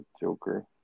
Joker